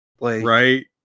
Right